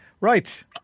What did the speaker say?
Right